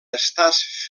estàs